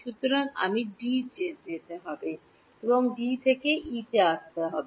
সুতরাং আমি ডি যেতে হবে এবং ডি থেকে ই আসতে হবে